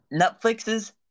Netflix's